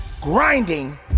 grinding